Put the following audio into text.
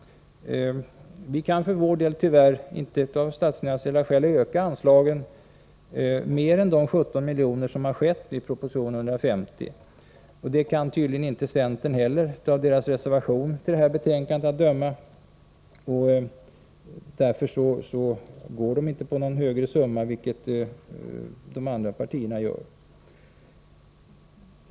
Vi kan av statsfinansiella skäl tyvärr inte öka anslagen utöver de 17 47 miljonerna i proposition nr 150. Det anser tydligen inte heller centern att man kan göra, av deras reservation som är fogad till detta betänkande att döma. Därför föreslår de inte någon högre summa, vilket de andra partierna gör.